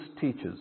teaches